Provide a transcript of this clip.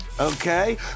Okay